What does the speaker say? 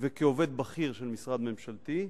וכעובד בכיר של משרד ממשלתי,